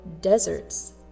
deserts